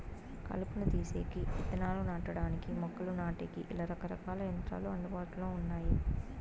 కలుపును తీసేకి, ఇత్తనాలు నాటడానికి, మొక్కలు నాటేకి, ఇలా రకరకాల యంత్రాలు అందుబాటులో ఉన్నాయి